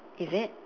is it